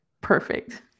Perfect